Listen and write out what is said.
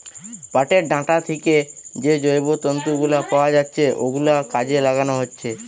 পাটের ডাঁটা থিকে যে জৈব তন্তু গুলো পাওয়া যাচ্ছে ওগুলো কাজে লাগানো হচ্ছে